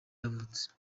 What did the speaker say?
yavutse